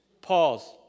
Pause